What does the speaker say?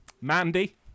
Mandy